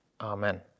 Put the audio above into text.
amen